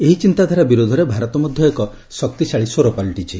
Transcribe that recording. ଏହି ଚିନ୍ତାଧାରା ବିରୋଧରେ ଭାରତ ମଧ୍ୟ ଏକ ଶକ୍ତିଶାଳୀ ସ୍ୱର ପାଲଟିଛି